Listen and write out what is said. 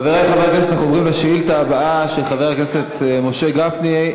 אגב, סגנית השר, אפשר להיבחן גם בצרפתית וגם